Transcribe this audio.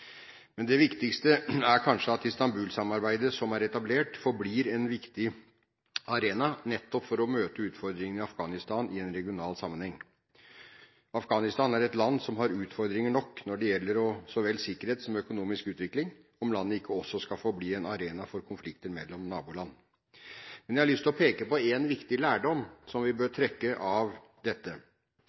Det viktigste er kanskje at Istanbul-samarbeidet som er etablert, forblir en viktig arena, nettopp for å møte utfordringene i Afghanistan i en regional sammenheng. Afghanistan er et land som har utfordringer nok, når det gjelder sikkerhet så vel som økonomisk utvikling, om landet ikke også skal forbli en arena for konflikter mellom naboland. Jeg har lyst til å peke på en viktig lærdom som vi bør trekke av dette.